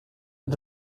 mit